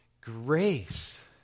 grace